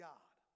God